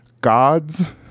God's